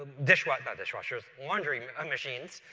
ah dishwashers, not dishwashers, laundry um machines,